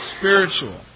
spiritual